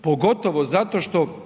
Pogotovo zato što